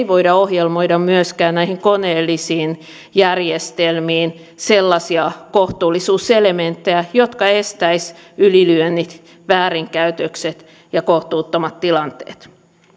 voi ohjelmoida myöskään näihin koneellisiin järjestelmiin sellaisia kohtuullisuuselementtejä jotka estäisivät ylilyönnit väärinkäytökset ja kohtuuttomat tilanteet